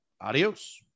Adios